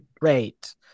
great